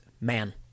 man